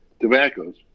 tobaccos